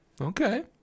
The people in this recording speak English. Okay